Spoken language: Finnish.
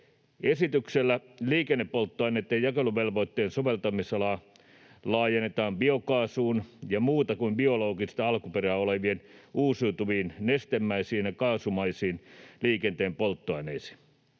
Esityksellä liikennepolttoaineitten jakeluvelvoitteen soveltamisalaa laajennetaan biokaasuun ja muuta kuin biologista alkuperää olevien uusiutuviin nestemäisiin ja kaasumaisiin liikenteen polttoaineisiin.